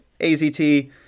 azt